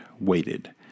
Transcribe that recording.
waited